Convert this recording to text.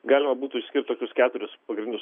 galima būtų skirt tokius keturis pagrindinius